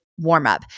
warmup